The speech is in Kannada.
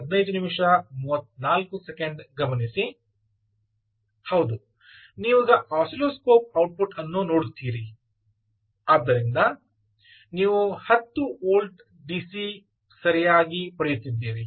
ಹೌದು ನೀವು ಈಗ ಆಸಿಲ್ಲೋಸ್ಕೋಪ್ ಔಟ್ಪುಟ್ ಅನ್ನು ನೋಡುತ್ತೀರಿ ಆದ್ದರಿಂದ ನೀವು 10 ವೋಲ್ಟ್ಗಳ ಡಿಸಿ ಸರಿಯಾಗಿ ಪಡೆಯುತ್ತಿದ್ದೀರಿ